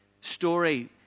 story